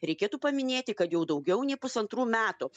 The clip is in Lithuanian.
reikėtų paminėti kad jau daugiau nei pusantrų metų